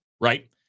right